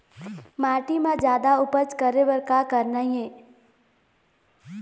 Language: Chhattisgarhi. माटी म जादा उपज करे बर का करना ये?